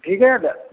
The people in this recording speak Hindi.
ठीक है दादा